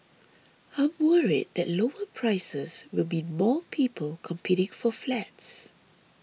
I'm worried that lower prices will mean more people competing for flats